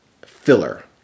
filler